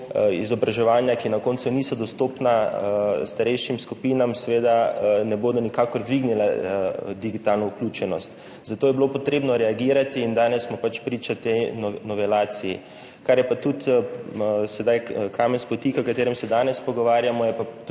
izobraževanja, ki na koncu niso dostopna starejšim skupinam, seveda nikakor ne bodo dvignila digitalne vključenosti. Zato je bilo potrebno reagirati in danes smo pač priča tej novelaciji. Kar je pa tudi sedaj kamen spotike, o katerem se danes pogovarjamo, je pa tudi